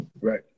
Right